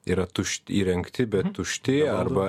yra tušt įrengti bet tušti arba